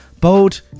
bold